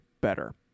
better